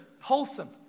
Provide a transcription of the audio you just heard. wholesome